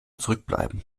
zurückbleiben